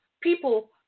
People